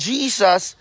Jesus